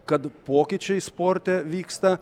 kad pokyčiai sporte vyksta